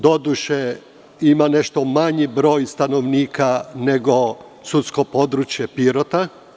Doduše, ima nešto manji broj stanovnika, nego sudsko područje Pirota.